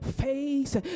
face